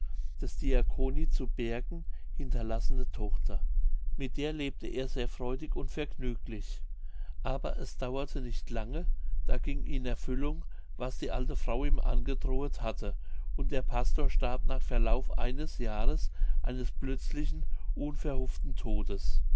des diaconi zu bergen hinterlassene tochter mit der lebte er sehr freudig und vergnüglich aber es dauerte nicht lange da ging in erfüllung was die alte frau ihm angedrohet hatte und der pastor starb nach verlauf eines jahrs eines plötzlichen unverhofften todes